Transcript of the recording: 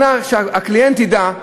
שהקליינט ידע,